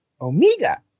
Omega